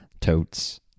totes